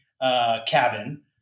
cabin